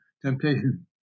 Temptation